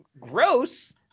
Gross